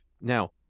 Now